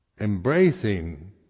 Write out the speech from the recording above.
embracing